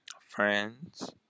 friends